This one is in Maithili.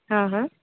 हँ हँ